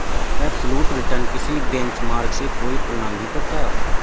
absolute return किसी benchmark से कोई तुलना नहीं करता